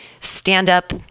stand-up